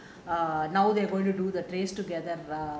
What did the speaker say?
err now they are going to do the TraceTogether um